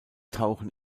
tauchen